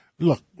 Look